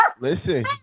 Listen